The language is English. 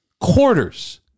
quarters